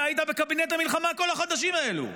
אתה היית בקבינט המלחמה כל החודשים האלו,